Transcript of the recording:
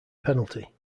penalty